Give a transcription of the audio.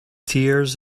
tears